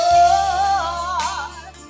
Lord